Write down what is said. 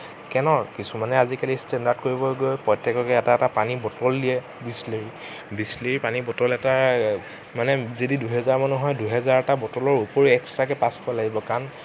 কেনৰ কিছুমানে আজিকালি ষ্টেনডাৰ্ড কৰিবলৈ গৈ প্ৰত্যেককে এটা এটা পানীৰ বটল দিয়ে বিছলেৰী বিছলেৰী পানী বটল এটা মানে যদি দুহেজাৰ মানুহ হয় দুহেজাৰটা বটলৰ ওপৰিও এক্সট্ৰাকে পাঁচশ লাগিব কাৰণ